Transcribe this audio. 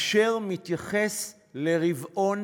אשר מתייחס לרבעון